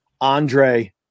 Andre